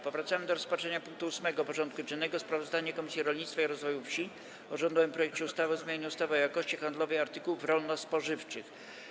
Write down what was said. Powracamy do rozpatrzenia punktu 8. porządku dziennego: Sprawozdanie Komisji Rolnictwa i Rozwoju Wsi o rządowym projekcie ustawy o zmianie ustawy o jakości handlowej artykułów rolno-spożywczych.